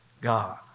God